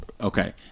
Okay